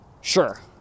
sure